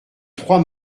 trois